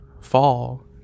fall